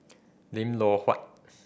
Lim Loh Huat